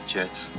Jets